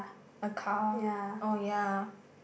a car oh ya